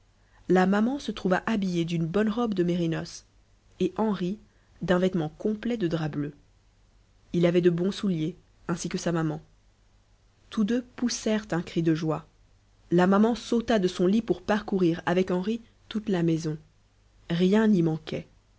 la maman se trouva habillée d'une bonne robe de mérinos et henri d'un vêtement complet de drap bleu il avait de bons souliers ainsi que sa maman tous deux poussèrent un cri de joie la maman sauta de son lit pour parcourir avec henri toute la maison rien n'y manquait